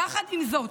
יחד עם זאת,